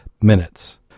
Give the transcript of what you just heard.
minutes